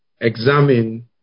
examine